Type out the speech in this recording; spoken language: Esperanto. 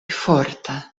forta